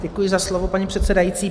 Děkuji za slovo, paní předsedající.